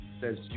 says